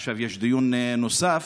ועכשיו יש דיון נוסף,